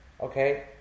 Okay